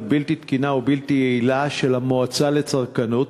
בלתי תקינה ובלתי יעילה של המועצה לצרכנות.